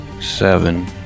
seven